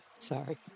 Sorry